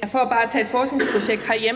Kl. 16:33 Tredje næstformand (Karsten Hønge):